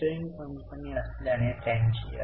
खरेदी किती आहे हे आपल्याला माहिती नाही